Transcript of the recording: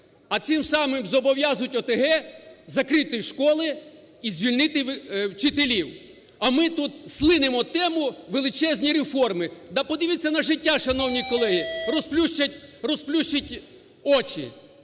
а цим самим зобов'язують ОТГ закрити школи і звільнити вчителів, а ми тут слинемо тему: величезні реформи. Да продивіться на життя, шановні колеги, розплющіть очі,